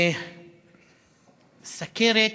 סוכרת